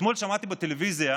אתמול שמעתי בטלוויזיה